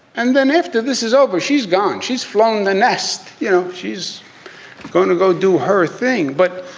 and then after this is over, she's gone. she's flown the nest. you know, she's going to go do her thing. but